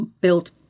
built